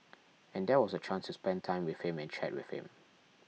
and that was a chance to spend time with him and chat with him